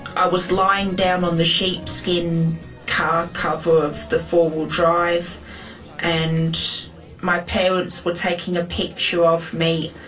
i was lying down on the sheepskin car cover of the four-wheel-drive and my parents were taking a picture of me,